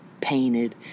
painted